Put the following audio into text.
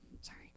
Sorry